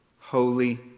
holy